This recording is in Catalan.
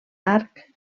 arc